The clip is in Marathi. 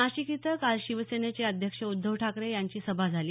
नाशिक इथं काल शिवसेनेचे अध्यक्ष उद्धव ठाकरे यांची सभा झाली